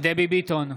דבי ביטון,